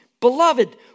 beloved